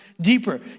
deeper